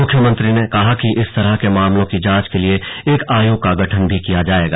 मुख्यमंत्री ने कहा कि इस तरह के मामलों की जांच के लिए एक आयोग का गठन भी किया जायेगा